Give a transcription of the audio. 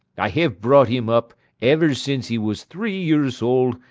i have brought him up ever since he was three years old,